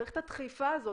למה לחכות לשנת 24'?